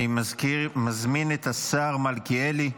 אני מזמין את השר מלכיאלי,